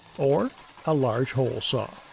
or a large hole saw.